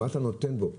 מה אתה נותן בו,